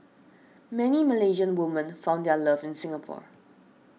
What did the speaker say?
many Malaysian women found their love in Singapore